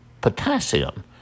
potassium